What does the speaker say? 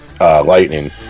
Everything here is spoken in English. Lightning